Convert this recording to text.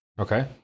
Okay